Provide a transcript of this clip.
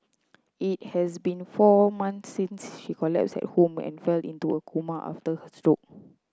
it has been four months since she collapsed at home and fell into a coma after her stroke